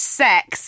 sex